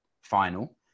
final